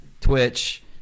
Twitch